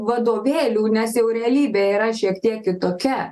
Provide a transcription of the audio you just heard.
vadovėlių nes jau realybė yra šiek tiek kitokia